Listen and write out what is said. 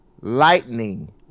Lightning